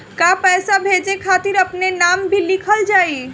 का पैसा भेजे खातिर अपने नाम भी लिकल जाइ?